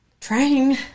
Trying